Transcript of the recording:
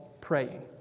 praying